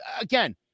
Again